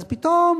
אז פתאום